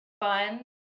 fun